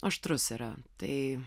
aštrus yra tai